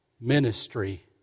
ministry